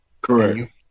Correct